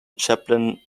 chaplin